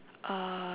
uh